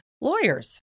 lawyers